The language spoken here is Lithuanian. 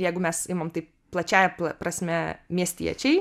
jeigu mes imam taip plačiąja prasme miestiečiai